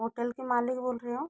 hotel के मालिक बोल रहे हो